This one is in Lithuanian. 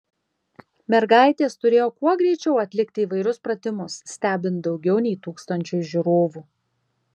mergaitės turėjo kuo greičiau atlikti įvairius pratimus stebint daugiau nei tūkstančiui žiūrovų